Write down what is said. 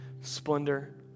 splendor